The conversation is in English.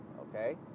Okay